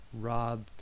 Rob